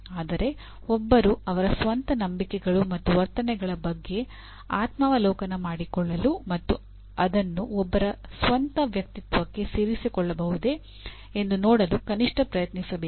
ಆದರೆ ಒಬ್ಬರು ಅವರ ಸ್ವಂತ ನಂಬಿಕೆಗಳು ಮತ್ತು ವರ್ತನೆಗಳ ಬಗ್ಗೆ ಆತ್ಮಾವಲೋಕನ ಮಾಡಿಕೊಳ್ಳಲು ಮತ್ತು ಅದನ್ನು ಒಬ್ಬರ ಸ್ವಂತ ವ್ಯಕ್ತಿತ್ವಕ್ಕೆ ಸೇರಿಸಿಕೊಳ್ಳಬಹುದೇ ಎಂದು ನೋಡಲು ಕನಿಷ್ಠ ಪ್ರಯತ್ನಿಸಬೇಕು